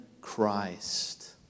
Christ